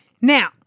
Now